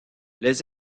les